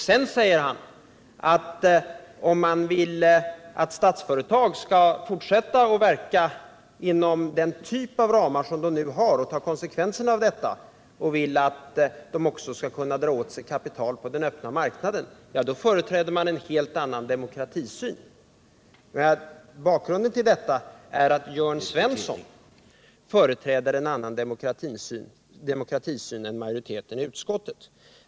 Sedan säger han att den som vill att Statsföretag skall fortsätta att verka inom de ramar som det nu har och om man tar konsekvenserna av detta och vill att det också skall kunna dra åt sig kapital på den öppna marknaden, då företräder man en helt annan demokratisyn. Bakgrunden till detta resonemang är att Jörn Svensson företräder en annan demokratisyn än majoriteten i utskottet.